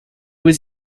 was